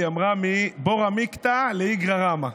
היא אמרה: מבירא עמיקתא לאיגרא רמא.